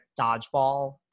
dodgeball